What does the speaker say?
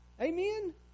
Amen